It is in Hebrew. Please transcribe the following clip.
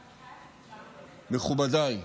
מכובדיי,